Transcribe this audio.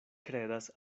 kredas